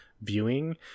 viewing